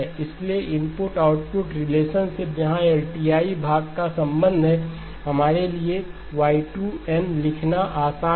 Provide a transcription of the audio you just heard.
इसलिए input output relationship जहां LTI भाग का संबंध है हमारे लिए Y2 n K−∞X2nhn−k लिखना आसान है